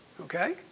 Okay